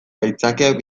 aitzakiak